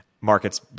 Markets